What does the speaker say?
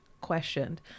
questioned